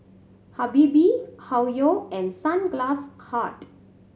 Habibie Hoyu and Sunglass Hut